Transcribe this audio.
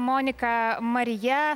monika marija